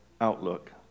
outlook